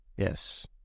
Yes